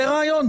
זה רעיון,